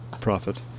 Profit